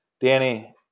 Danny